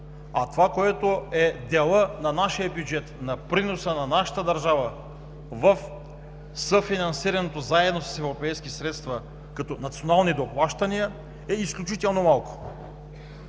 средства. А делът на нашия бюджет, на приноса на нашата държава в съфинансирането заедно с европейските средства като национални доплащания, е изключително малко.